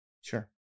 Sure